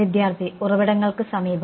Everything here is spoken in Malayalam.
വിദ്യാർത്ഥി ഉറവിടങ്ങൾക്ക് സമീപം